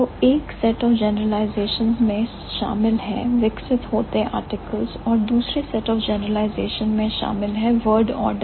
तो एक set of generalisations में शामिल है विकसित होते आर्टिकल्स और दूसरे सेट ऑफ जनरलाइजेशंस में शामिल है word order pattern